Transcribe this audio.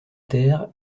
terre